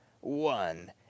one